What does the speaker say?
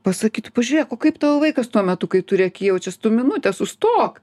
pasakytų pažiūrėk o kaip tavo vaikas tuo metu kai turi rėki jaučias tu minutę sustok